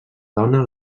dona